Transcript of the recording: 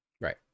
Right